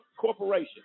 corporation